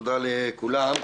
תודה לכולם.